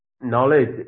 knowledge